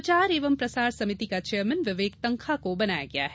प्रचार एवं प्रसार समिति का चेयरमेन विवेक तन्खा को बनाया गया है